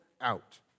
out